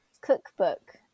cookbook